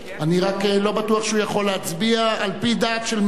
אני רק לא בטוח שהוא יכול להצביע על-פי דעת של מעט.